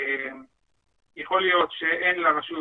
ויכול להיות שאין לרשות